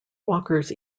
walkers